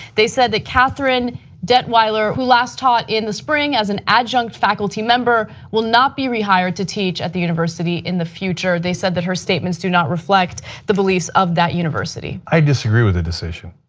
they said that catherine detweiler who last time in the spring as an adjunct faculty member will not be rehired to teach at the university in the future. they said that her statements do not reflect the beliefs of that university. i disagree with the decision.